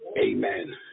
amen